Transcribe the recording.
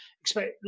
expect